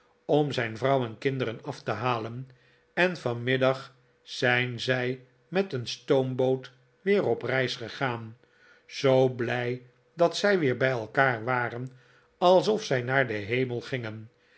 om zijn vrouw en kinderen af te halen en vanmiddag zijn zij met een stoomboot weer op reis gegaan zoo blij dat zij weer bij elkaar waren alsof zij naar den hemel gingen